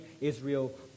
Israel